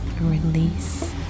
Release